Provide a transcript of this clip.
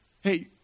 hey